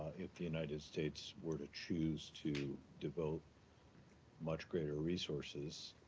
if the united states were to choose to devote much greater resources,